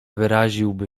wyraziłby